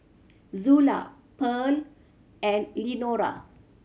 Zula Pearl and Lenora